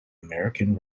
american